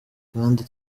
kandi